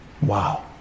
Wow